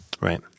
Right